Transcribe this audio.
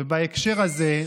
ובהקשר הזה,